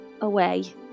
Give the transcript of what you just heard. away